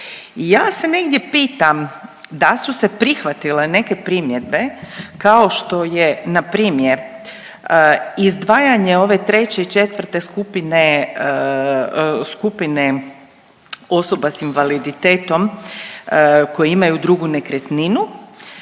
ja se negdje pitam da su se prihvatile neke primjedbe, kao što je npr. izdvajanje ove 3. i 4. skupine, skupine osoba s invaliditetom koje imaju drugu nekretninu